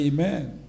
Amen